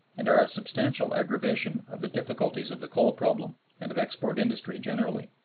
and are a substantial aggravation of the difficulties of the coal problem and of export industry generally.